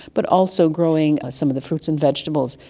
but also growing some of the fruits and vegetables,